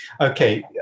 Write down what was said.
Okay